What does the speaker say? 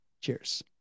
Cheers